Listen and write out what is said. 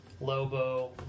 Lobo